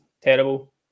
terrible